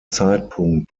zeitpunkt